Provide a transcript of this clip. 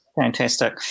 Fantastic